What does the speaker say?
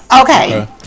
Okay